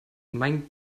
mein